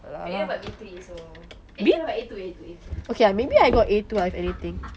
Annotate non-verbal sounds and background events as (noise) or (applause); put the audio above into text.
kakak dapat B three so eh kakak dapat A two A two (laughs)